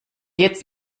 jetzt